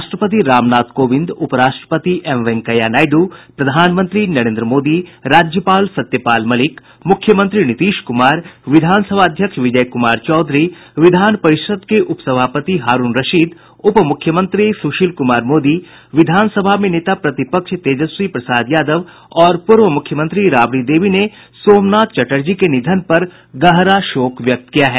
राष्ट्रपति रामनाथ कोविन्द उप राष्ट्रपति एम वेंकैया नायडू प्रधानमंत्री नरेन्द्र मोदी राज्यपाल सत्यपाल मलिक मुख्यमंत्री नीतीश कुमार विधानसभा अध्यक्ष विजय कुमार चौधरी विधान परिषद के उपसभापति हारूण रशीद उप मुख्यमंत्री सुशील कुमार मोदी विधान सभा में नेता प्रतिपक्ष तेजस्वी प्रसाद यादव और पूर्व मुख्यमंत्री राबड़ी देवी ने सोमनाथ चटर्जी के निधन पर गहरा शोक व्यक्त किया है